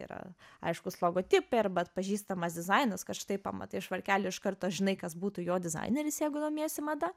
yra aiškūs logotipai arba atpažįstamas dizainas kad štai pamatai švarkelį iš karto žinai kas būtų jo dizaineris jeigu domiesi mada